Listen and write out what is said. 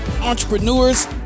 entrepreneurs